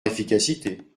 efficacité